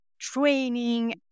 training